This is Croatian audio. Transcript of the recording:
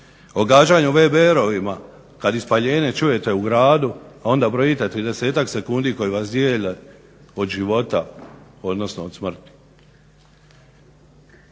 gađanju VBR-a kad ispaljene čujete u gradu, onda brojite 30 sekundi koje vas dijele od života odnosno od smrti.